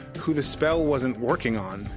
who the spell wasn't working on.